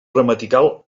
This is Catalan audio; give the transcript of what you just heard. gramatical